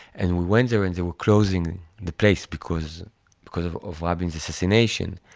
and we went there and they were closing the place because because of of rabin's assassination.